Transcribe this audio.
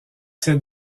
s’est